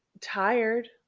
tired